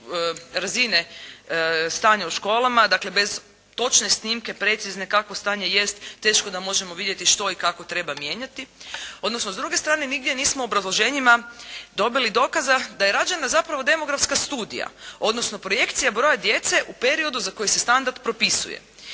razine stanja u školama, dakle bez točne snimke, precizne kakvo stanje jest, teško da možemo vidjeti što i kako treba mijenjati. Odnosno, s druge strane, nigdje nismo u obrazloženjima dobili dokaza da je rađena zapravo demografska studija, odnosno projekcija broja djece u periodu za koji se standard propisuje.